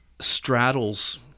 straddles